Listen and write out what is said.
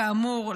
כאמור,